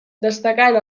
destacant